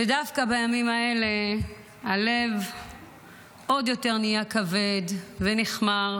ודווקא בימים האלה הלב עוד יותר נהיה כבד ונכמר